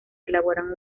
elaboran